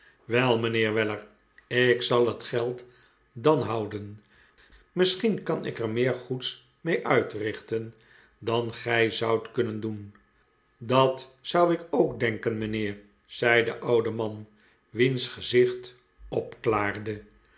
wel mijnheer weller ik zal het geld dan houden misschien kan ik er meer goeds mee uitrichten dan gij zoudt kunnen doen dat zou ik ook denken mijnheer zei de oude man wiens gezicht opklaarde